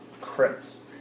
Chris